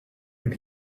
when